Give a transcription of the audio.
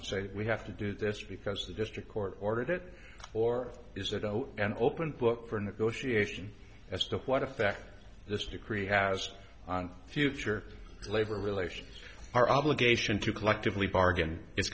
say we have to do this because the district court ordered it or is that oh an open book for negotiation as to what effect this to create has on future labor relations our obligation to collectively bargain i